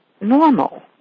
normal